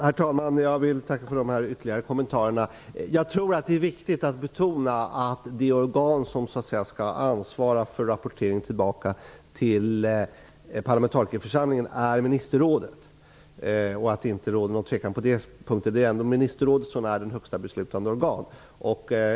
Herr talman! Jag vill tacka för de här ytterligare kommmentarerna. Jag tror att det är viktigt att betona att det organ som skall ansvara för rapporteringen tillbaka till parlamentarikerförsamlingen är ministerrådet. Det bör inte råda någon tvekan på den punkten. Det är ministerrådet som är det högsta beslutande organet.